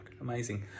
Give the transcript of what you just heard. Amazing